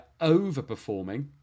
Overperforming